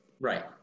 Right